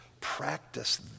practice